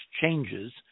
changes